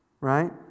right